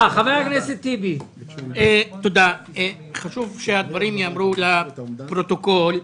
חשוב שהדברים ייאמרו לפרוטוקול.